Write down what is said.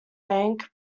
bank